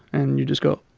and you just go,